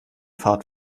fahrt